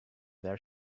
their